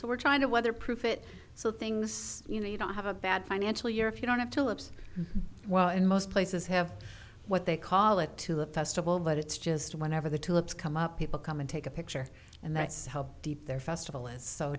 so we're trying to weatherproof it so things you know you don't have a bad financial year if you don't have to lips well in most places have what they call it to a festival but it's just whenever the tulips come up people come and take a picture and that's how deep their festival is so